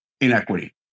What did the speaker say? inequity